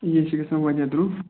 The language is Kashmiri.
یے چھُ گَژھان واریاہ درٛۅگ